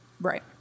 Right